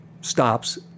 stops